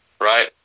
right